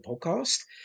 podcast